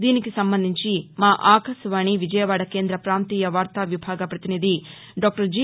దీనికి సంబంధించి మా ఆకాశవాణి విజయవాడ కేంద పాంతీయ వార్తా విభాగ పతినిధి డాక్లర్ జి